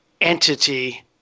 entity